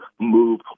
move